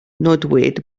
nodwyd